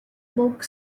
book